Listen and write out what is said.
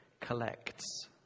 collects